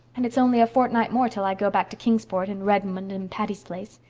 and it's only a fortnight more till i go back to kingsport, and redmond and patty's place.